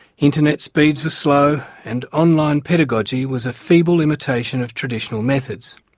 internet speeds were slow and online pedagogy was a feeble imitation of traditional methods,